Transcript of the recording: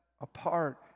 apart